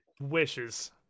Wishes